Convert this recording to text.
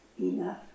enough